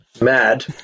Mad